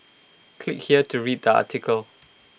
click here to read the article